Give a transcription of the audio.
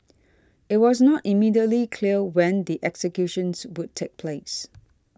it was not immediately clear when the executions would take place